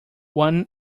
one